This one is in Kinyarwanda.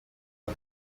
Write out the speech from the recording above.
one